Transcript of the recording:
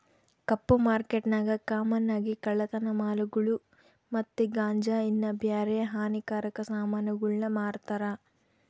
ಕಪ್ಪು ಮಾರ್ಕೆಟ್ನಾಗ ಕಾಮನ್ ಆಗಿ ಕಳ್ಳತನ ಮಾಲುಗುಳು ಮತ್ತೆ ಗಾಂಜಾ ಇನ್ನ ಬ್ಯಾರೆ ಹಾನಿಕಾರಕ ಸಾಮಾನುಗುಳ್ನ ಮಾರ್ತಾರ